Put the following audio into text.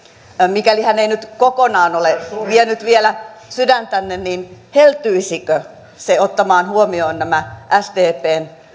mikäli hän ei nyt kokonaan ole vienyt vielä sydäntänne niin heltyisikö se ottamaan huomioon nämä sdpn